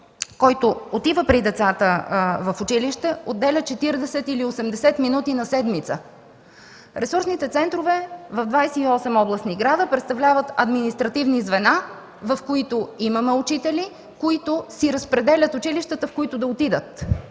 който отива при децата в училище, отделя 40 или 80 минути на седмица. Ресурсните центрове в 28 областни града представляват административни звена, в които имаме учители, които си разпределят училищата, в които да отидат.